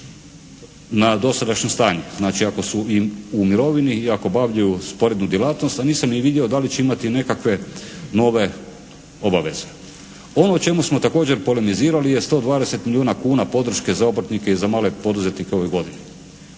na dosadašnje stanje. Znači ako su i u mirovini i ako obavljaju sporednu djelatnost, a nisam ni vidio da li će imati nekakve nove obaveze. Ono o čemu smo također polemizirali je 120 milijuna kuna podrške za obrtnike i za male poduzetnike u ovoj godini.